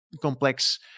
complex